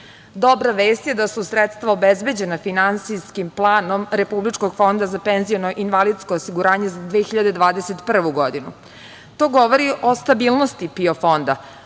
vest je da su sredstva obezbeđena finansijskim planom Republičkog fonda za penziono-invalidsko osiguranje za 2021. godinu. To govori o stabilnosti PIO fonda,